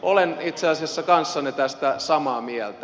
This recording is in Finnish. olen itse asiassa kanssanne tästä samaa mieltä